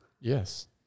yes